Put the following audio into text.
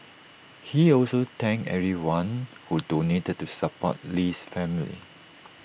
he also thanked everyone who donated to support Lee's family